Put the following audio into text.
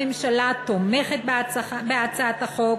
הממשלה תומכת בהצעת החוק,